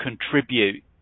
contribute